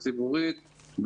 הציבורית,